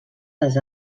les